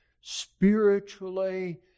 spiritually